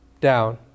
down